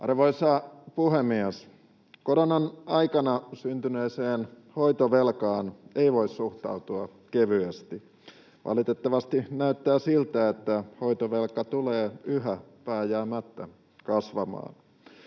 Arvoisa puhemies! Koronan aikana syntyneeseen hoitovelkaan ei voi suhtautua kevyesti. Valitettavasti näyttää siltä, että hoitovelka tulee yhä vääjäämättä kasvamaan.